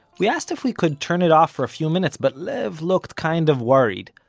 we asked if we could turn it off for a few minutes but lev looked kind of worried.